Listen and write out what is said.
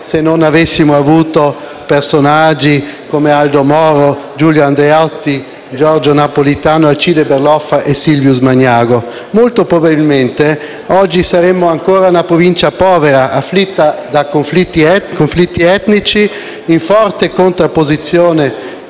se non avessimo avuto personaggi come Aldo Moro, Giulio Andreotti, Giorgio Napolitano, Alcide Berloffa e Silvius Magnago? Molto probabilmente oggi saremmo ancora una Provincia povera, afflitta da conflitti etnici, in forte contrapposizione